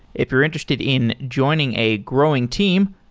if you're interested in joining a growing team,